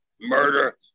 murder